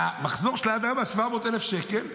שהמחזור שלה היה 700,000 שקל,